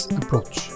approach